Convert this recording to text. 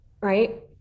right